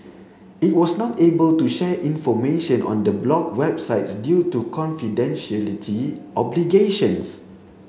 it was not able to share information on the blocked websites due to confidentiality obligations